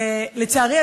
לצערי,